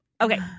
okay